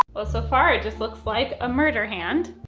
well, so far, it just looks like a murder hand.